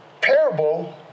parable